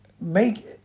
Make